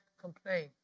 complain